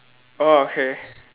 oh K